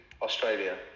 Australia